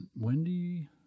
Wendy